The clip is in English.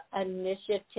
initiative